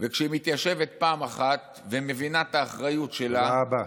וכשהיא מתיישבת פעם אחת, תודה רבה.